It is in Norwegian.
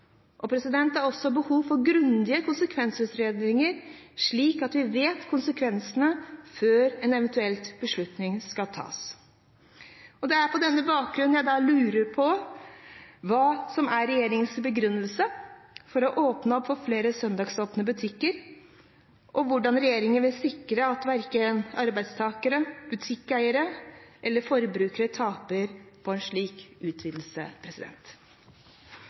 Det er også behov for grundige konsekvensutredninger, slik at vi kjenner konsekvensene før en eventuell beslutning skal tas. Det er på denne bakgrunn jeg lurer på hva som er regjeringens begrunnelse for å åpne opp for flere søndagsåpne butikker, og hvordan regjeringen vil sikre at verken arbeidstakere, butikkeiere eller forbrukere taper på en slik utvidelse.